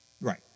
Right